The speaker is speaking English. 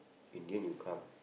in the end you come